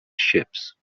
ships